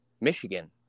Michigan